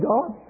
God